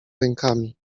rękami